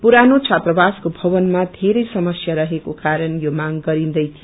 पुरानो छात्रवासको भवनामा बेरै समस्या रहेको क्वरण यो मांग गरिन्दै थियो